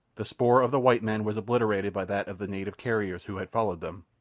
the spoor of the white men was obliterated by that of the native carriers who had followed them,